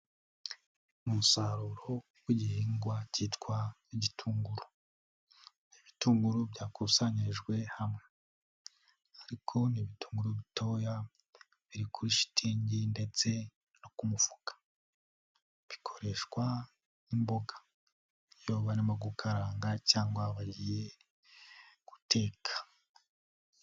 Umusaruro w'igihingwa cyitwa igitunguru, ibitunguru byakusanyirijwe hamwe ariko ni ibitunguru bitoya biri kuri shitingi ndetse no ku mufuka, bikoreshwa imboga iyo barimo gukaranga cyangwa bagiye guteka.